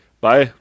Bye